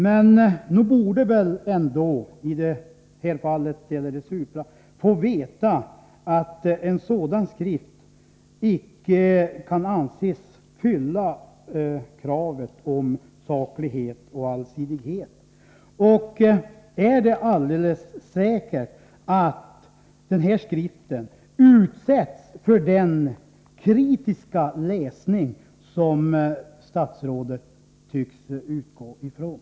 Men nog borde väl ändå Supra, som det handlar om i detta fall, få veta att en sådan skrift icke kan anses fylla kravet på saklighet och allsidighet. Är det alldeles säkert att den här skriften utsätts för den kritiska läsning som statsrådet tycks utgå från?